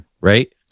right